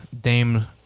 Dame